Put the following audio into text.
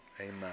Amen